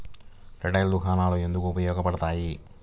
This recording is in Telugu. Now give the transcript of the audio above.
రిటైల్ దుకాణాలు ఎందుకు ఉపయోగ పడతాయి?